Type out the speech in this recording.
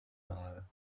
nahe